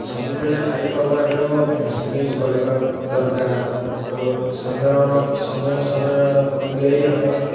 ସବୁବେଳେ ହାଇ ପାୱାର୍ର machine use କରିବା ଦରକାର ଅର୍ ସମୟ ସମୟ ସମୟ ଅନୁଯାୟୀ ଆମେ